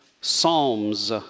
psalms